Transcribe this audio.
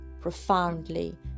profoundly